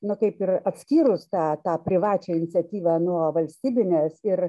nu kaip ir atskyrus tą tą privačią iniciatyvą nuo valstybinės ir